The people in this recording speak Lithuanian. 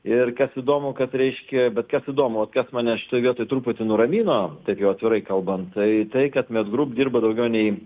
ir kas įdomu kad reiškia bet kas įdomu vat kas mane šitoj vietoj truputį nuramino taip jau atvirai kalbant tai tai kad med group dirba daugiau nei